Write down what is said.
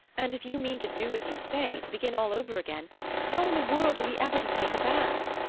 and if you mean to do as you say to begin all over again how in the world are we ever to pay her back?